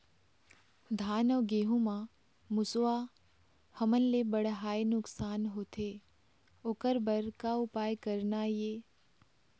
धान अउ गेहूं म मुसवा हमन ले बड़हाए नुकसान होथे ओकर बर का उपाय करना ये?